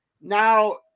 Now